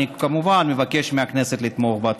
אני כמובן מבקש מהכנסת לתמוך בה.